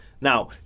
Now